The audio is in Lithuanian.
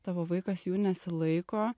tavo vaikas jų nesilaiko